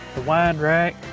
wide rack.